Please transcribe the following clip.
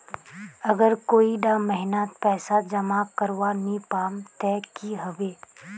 अगर कोई डा महीनात पैसा जमा करवा नी पाम ते की होबे?